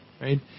right